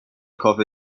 کافه